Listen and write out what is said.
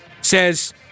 says